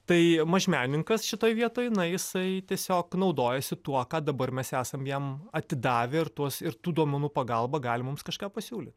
tai mažmenininkas šitoj vietoj na jisai tiesiog naudojasi tuo kad dabar mes esam jam atidavę ir tuos ir tų duomenų pagalba gali mums kažką pasiūlyt